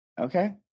okay